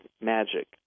Magic